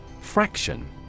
Fraction